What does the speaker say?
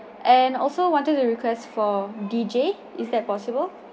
and also wanted to request for deejay is that possible